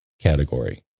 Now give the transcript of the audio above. category